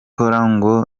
ngo